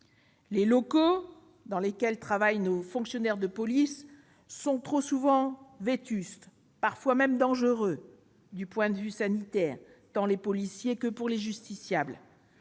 Les locaux dans lesquels travaillent nos fonctionnaires de police sont trop souvent vétustes et parfois même dangereux du point de vue sanitaire, pour les policiers comme les justiciables.